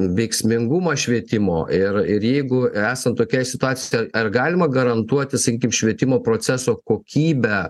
veiksmingumą švietimo ir ir jeigu esant tokiai situacijai ar galima garantuoti sakykim švietimo proceso kokybę